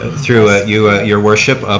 through you, your worship, ah